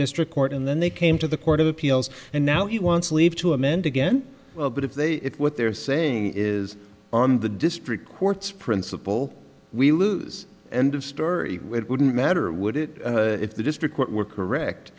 district court and then they came to the court of appeals and now he wants leave to amend again well but if they if what they're saying is on the district court's principle we lose end of story it wouldn't matter would it if the district were correct